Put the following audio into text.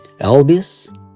Elvis